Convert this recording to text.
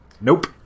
Nope